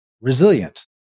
resilient